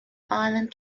island